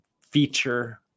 feature